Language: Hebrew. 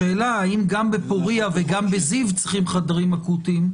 השאלה היא אם גם בפוריה וגם בזיו צריכים חדרים אקוטיים,